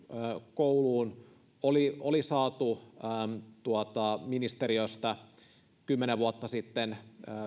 kouluun oli oli saatu ministeriöstä kymmenen vuotta sitten